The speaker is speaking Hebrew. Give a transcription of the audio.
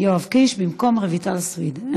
במקום רויטל סויד.